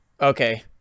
Okay